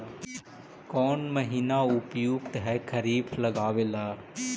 कौन महीना उपयुकत है खरिफ लगावे ला?